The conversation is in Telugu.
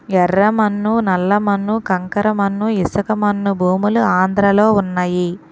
యెర్ర మన్ను నల్ల మన్ను కంకర మన్ను ఇసకమన్ను భూములు ఆంధ్రలో వున్నయి